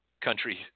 Country